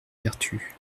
vertu